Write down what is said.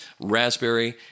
raspberry